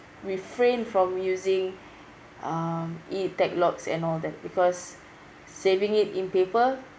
refrain from using um e-tech logs and all that because saving it in paper